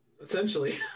Essentially